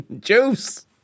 Juice